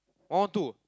one one two